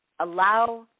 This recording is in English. Allow